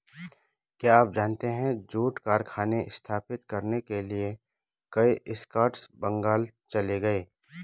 क्या आप जानते है जूट कारखाने स्थापित करने के लिए कई स्कॉट्स बंगाल चले गए?